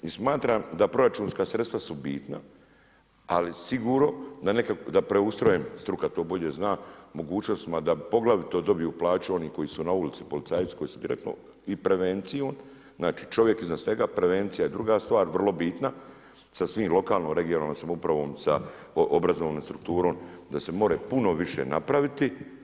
I smatram da proračunska sredstva su bitna, ali sigurno da preustrojim, struka to bolje zna, mogućnostima, da poglavito dobiju plaću oni koji su na ulici, policajcima koji su direktno i prevenciju, znači čovjek iznad svega, prevencija je druga stvar, vrlo bitna, s svim lokalnom, regionalnom samoupravom, sa obrazovnom strukturom, da se more puno više napraviti.